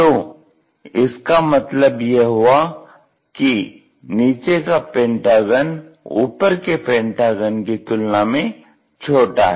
तो इसका मतलब यह हुआ कि नीचे का पेंटागन ऊपर के पेंटागन की तुलना में छोटा है